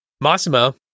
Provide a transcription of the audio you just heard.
Massimo